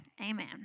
Amen